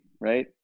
right